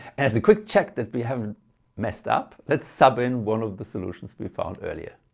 as a quick check that we haven't messed up, let's sub in one of the solutions we found earlier.